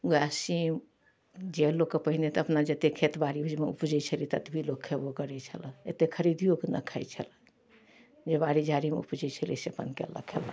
वएह सीम जे लोकके पहिने तऽ अपना जतेक खेतीबाड़ी भरिमे उपजै छलै ततबे लोक खएबो करै छलै एतेक खरिदिओके नहि खाइ छलै जे बाड़ी झाड़ीमे उपजै छलै से अपन कएलक खएलक